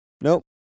Nope